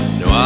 no